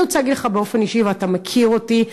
אני רוצה להגיד לך באופן אישי, ואתה מכיר אותי: